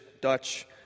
Dutch